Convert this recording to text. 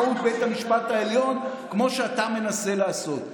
עצמאות בית המשפט העליון כמו שאתה מנסה לעשות,